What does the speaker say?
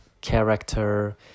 character